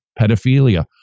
pedophilia